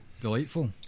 Delightful